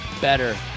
better